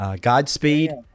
godspeed